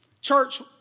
Church